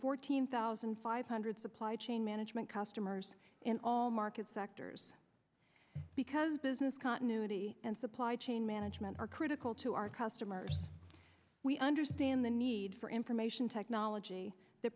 fourteen thousand five hundred supply chain management customers in all markets sectors because business continuity and supply chain management are critical to our customers we understand the need for information technology that